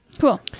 Cool